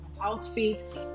outfit